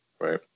right